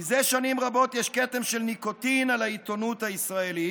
זה שנים רבות יש כתם של ניקוטין על העיתונות הישראלית.